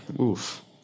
Oof